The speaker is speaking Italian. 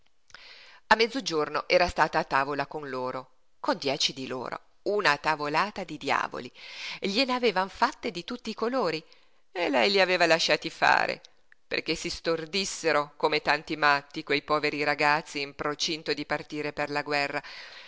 a mezzogiorno era stata a tavola con loro con dieci di loro una tavolata di diavoli glien'avevano fatte di tutti i colori e lei li aveva lasciati fare perché si stordissero come tanti matti quei poveri ragazzi in procinto di partire per la guerra